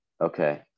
Okay